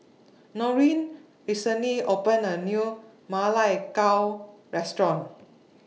Noreen recently opened A New Ma Lai Gao Restaurant